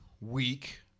week